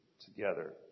together